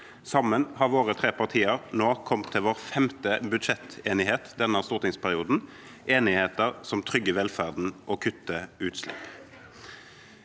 Sammen har våre tre partier nå kommet til vår femte budsjettenighet denne stortingsperioden – enigheter som trygger velferden og kutter utslipp.